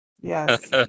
yes